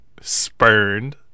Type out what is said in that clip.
spurned